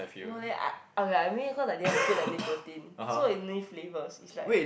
no leh I okay lah maybe I didn't put the nicotine so only flavours it's like